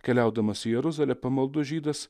keliaudamas į jeruzalę pamaldus žydas